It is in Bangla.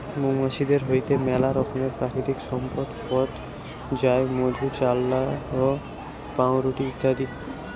মৌমাছিদের হইতে মেলা রকমের প্রাকৃতিক সম্পদ পথ যায় মধু, চাল্লাহ, পাউরুটি ইত্যাদি